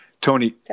Tony